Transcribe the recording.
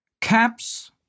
caps